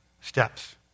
steps